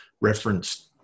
referenced